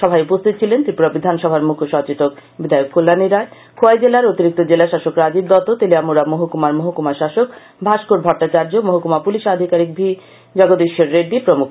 সভায় উপস্থিত ছিলেন ত্রিপুরা বিধানসভার মুখ্যসচেতক বিধায়ক কল্যানী রায় খোয়াই জেলার অতিরিক্ত জেলাশাসক রাজীব দত্ত তেলিয়ামুড়া মহকুমার মহকুমা শাসক ভাস্বর ভট্টাচার্য মহকুমা পুলিশ আধিকারিক ভি জগদীশ্বর রেড্ডি প্রমুখ